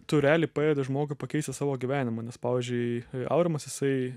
tu realiai padedi žmogui pakeisti savo gyvenimą nes pavyzdžiui aurimas jisai